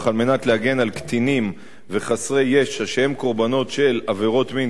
על מנת להגן על קטינים וחסרי ישע שהם קורבנות של עבירות מין,